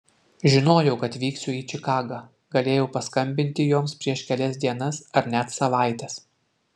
žinojau kad vyksiu į čikagą galėjau paskambinti joms prieš kelias dienas ar net savaites